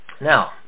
now